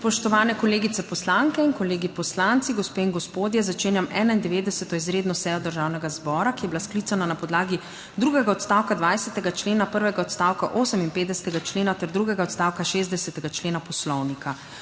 Spoštovane kolegice poslanke in kolegi poslanci, gospe in gospodje! Začenjam 91. izredno sejo Državnega zbora, ki je bila sklicana na podlagi drugega odstavka 20. člena, prvega odstavka 58. člena ter drugega odstavka 60. člena Poslovnika.